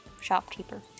shopkeeper